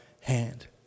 hand